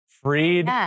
Freed